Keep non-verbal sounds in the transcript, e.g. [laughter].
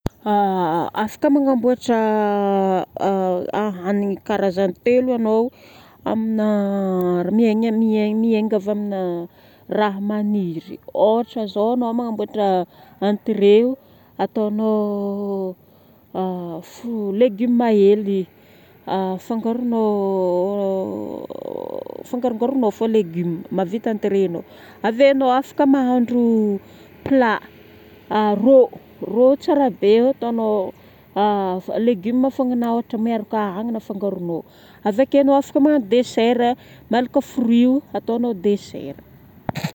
[hesitation] Afaka magnamboatra [hesitation] hanigny karazagny telo anao amina, raha miaina- miaina- miainga avy amina raha magniry. Ôhatra zao anao magnamboatra entrée io, ataonao [hesitation] f- légume hely afangaronao, afangarongaronao avao légumes, afaka mahavita entrée anao. Ave anao afaka mahandro plat. Rò, rò tsara be io ataonao légumes fogna na ôhatra miaraka agnana afangaronao. Avake anao afaka magnano déssert, malaka fruit io ataonao déssert.